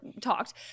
talked